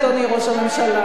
אדוני ראש הממשלה,